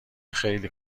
خیلی